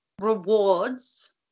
rewards